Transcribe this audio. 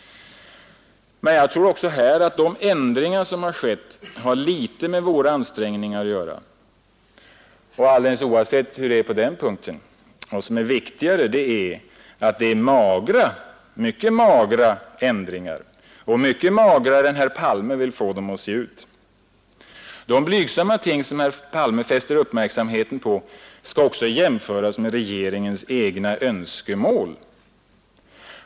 Men jag tror även här att de ändringar som har skett har litet med våra ansträngningar att göra, och — alldeles oavsett hur det är på den punkten — vad viktigare är: förändringarna är magra, mycket magrare än herr Palme vill få dem till. De blygsamma ting som herr Palme fäster uppmärksamheten på skall också jämföras med regeringens egna önskemål.